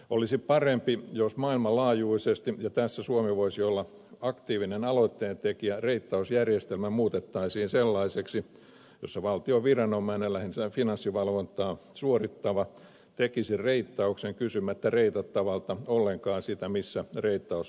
olisi parempi jos maailmanlaajuisesti ja tässä suomi voisi olla aktiivinen aloitteentekijä reittausjärjestelmä muutettaisiin sellaiseksi jossa valtion viranomainen lähinnä finanssivalvontaa suorittava tekisi reittauksen kysymättä reitattavalta ollenkaan sitä missä reittaus suoritetaan